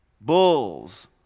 bulls